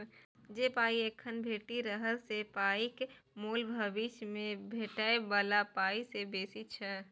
जे पाइ एखन भेटि रहल से पाइक मोल भबिस मे भेटै बला पाइ सँ बेसी छै